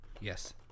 Yes